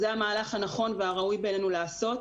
זה המהלך הנכון והראוי בעינינו לעשות.